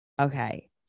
Okay